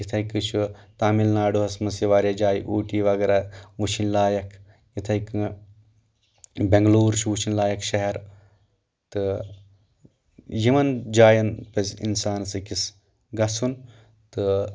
یِتھٕے کٔنۍ چھُ تامِل ناڈوٗوس منٛز تہِ واریاہ جایہِ اوٗٹی وغیرہ وٕچھِنۍ لایق یِتھٕے کٔنۍ بیٚنٛگلور چھُ وٕچھِنۍ لایق شہر تہٕ یِمن جاٮ۪ن پزِ انسانس أکِس گژھُن تہٕ